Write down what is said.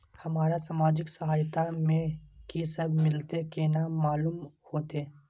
हमरा सामाजिक सहायता में की सब मिलते केना मालूम होते?